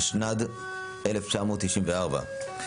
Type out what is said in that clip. התשנ"ד-1994.